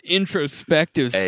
introspective